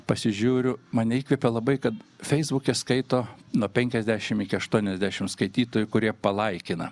pasižiūriu mane įkvepia labai kad feisbuke skaito nuo penkiasdešimt iki aštuoniasdešimt skaitytojų kurie palaikina